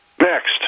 Next